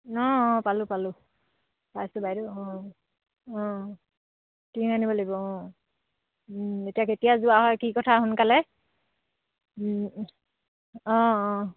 অঁ অঁ পালোঁ পালোঁ পাইছোঁ বাইদেউ অঁ অঁ টিং আনিব লাগিব অঁ এতিয়া কেতিয়া যোৱা হয় কি কথা সোনকালে অঁ অঁ